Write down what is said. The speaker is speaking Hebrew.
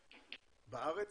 בארץ.